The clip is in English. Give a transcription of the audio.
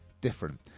different